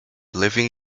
leaving